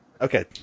Okay